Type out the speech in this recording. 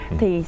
thì